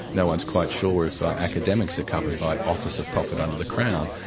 no one is quite sure if academics are covered by office of profit under the crown,